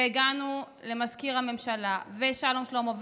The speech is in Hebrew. והגענו למזכיר הממשלה שלום שלמה,